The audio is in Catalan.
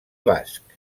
basc